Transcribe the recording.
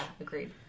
agreed